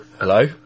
Hello